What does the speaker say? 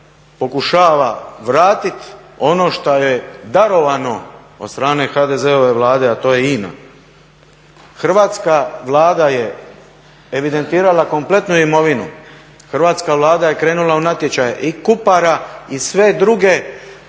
Hrvatska Vlada je krenula u natječaje i kupara i sve druge